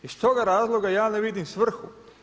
Iz toga razloga ja ne vidim svrhu.